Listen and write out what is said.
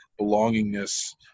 belongingness